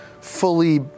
fully